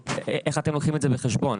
איך אתם לוקחים את זה בחשבון?